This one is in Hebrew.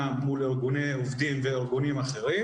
מול ארגוני עובדים וארגונים אחרים.